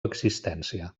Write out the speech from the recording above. existència